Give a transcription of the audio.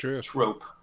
trope